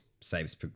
saves